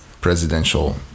presidential